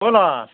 অঁ নাথ